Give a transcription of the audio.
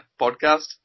podcast